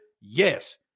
Yes